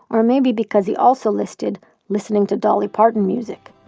or maybe because he also listed listening to dolly parton music.